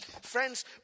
Friends